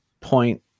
point